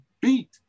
beat